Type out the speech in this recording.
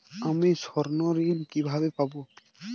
আমি স্বর্ণঋণ কিভাবে পাবো?